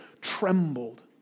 Trembled